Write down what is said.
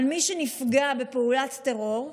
אבל מי שנפגע בפעולת טרור,